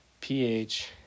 pH